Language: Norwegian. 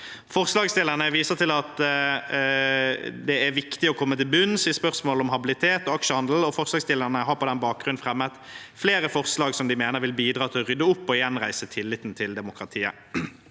Forslagsstillerne viser til at det er viktig å komme til bunns i spørsmål om habilitet og aksjehandel, og har på den bakgrunn fremmet flere forslag som de mener vil bidra til å rydde opp og gjenreise tilliten til demokratiet.